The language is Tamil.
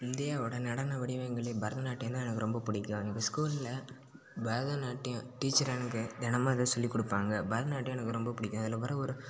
இந்தியாவோட நடன வடிவங்களே பரதநாட்டியம் தான் எனக்கு ரொம்ப பிடிக்கும் எங்கள் ஸ்கூல்ல பரதநாட்டியம் டீச்சர் எனக்கு தினமும் இதை சொல்லி கொடுப்பாங்க பரத நாட்டியம் எனக்கு ரொம்ப பிடிக்கும் அதில் வர ஒரு